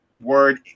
word